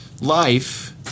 life